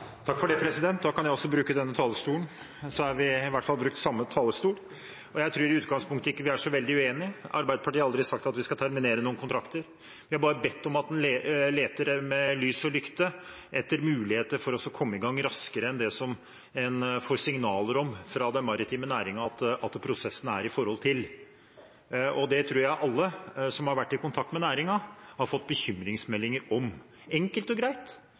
vi i hvert fall brukt samme talerstol. Jeg tror i utgangspunktet vi ikke er så veldig uenige. Arbeiderpartiet har aldri sagt at vi skal terminere noen kontrakter, vi har bare bedt om at en leter med lys og lykte etter muligheter for å komme i gang raskere enn det en får signaler om fra den maritime næringen, når det gjelder prosessen. Det tror jeg alle som har vært i kontakt med næringen, har fått bekymringsmeldinger om. Vi er – enkelt og greit